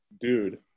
dude